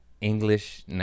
English